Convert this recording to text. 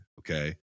okay